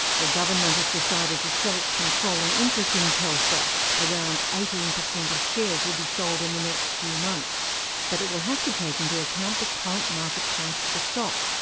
the government has decided to sell its controlling interest in telstra around eighteen per cent of shares will be sold in the next few months but it will have to take into account the current market price for the stock,